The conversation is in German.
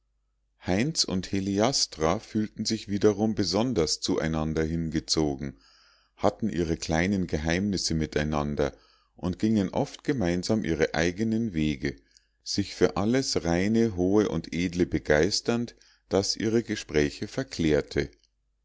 heinz und heliastra fühlten sich wiederum besonders zu einander hingezogen hatten ihre kleinen geheimnisse miteinander und gingen oft gemeinsam ihre eigenen wege sich für alles reine hohe und edle begeisternd das ihre gespräche verklärte